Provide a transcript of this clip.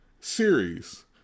series